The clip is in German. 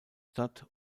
stadt